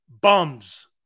bums